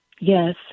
Yes